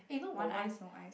want ice no ice